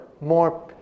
more